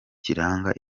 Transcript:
kiranga